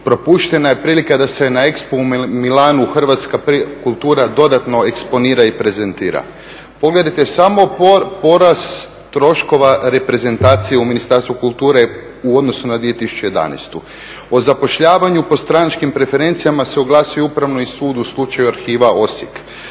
Propuštena je prilika da se na … hrvatska kultura dodatno eksponira i prezentira. Pogledajte samo porast troškova reprezentacije u Ministarstvu kulture u odnosu na 2011. O zapošljavanju po stranačkim preferencijama se oglasio upravni sud u slučaju arhiva Osijek.